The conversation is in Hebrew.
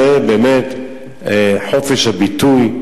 זה באמת חופש הביטוי,